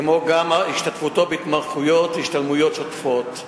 וכן על השתתפותו בהתמחויות ובהשתלמויות שוטפות.